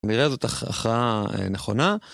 נראה זאת הכרחה נכונה,